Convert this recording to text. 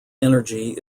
energy